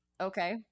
Okay